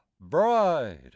bride